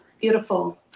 Beautiful